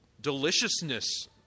deliciousness